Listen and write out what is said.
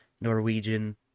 Norwegian